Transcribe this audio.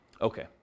Okay